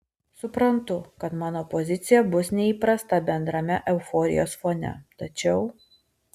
suprantu kad mano pozicija bus neįprasta bendrame euforijos fone tačiau